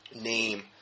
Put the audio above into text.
name